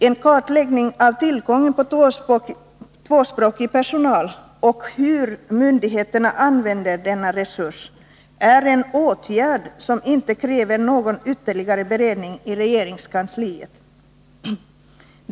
En kartläggning av tillgången på tvåspråkig personal och av hur myndigheterna använder denna resurs är en åtgärd som inte kräver någon ytterligare beredning i regeringskansliet.